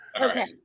Okay